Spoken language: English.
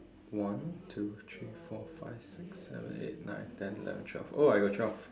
one two three four five six seven eight nine ten eleven twelve oh I got twelve